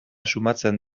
sumatzen